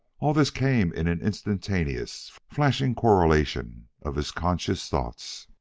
all this came in an instantaneous, flashing correlation of his conscious thoughts.